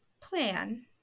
plan